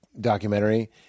documentary